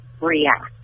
react